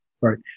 Right